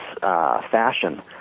fashion